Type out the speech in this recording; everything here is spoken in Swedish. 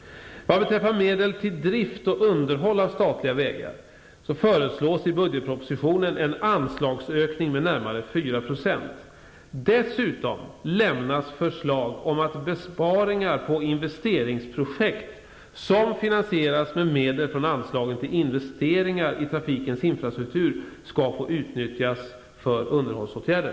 Vad beträffar medel till drift och underhåll av statliga vägar, föreslås i budgetpropositionen en anslagsökning med nära 4 %. Dessutom lämnas förslag om att besparingar på investeringsprojekt som finansieras med medel från anslagen till investeringar i trafikens infrastruktur skall få utnyttjas för underhållsåtgärder.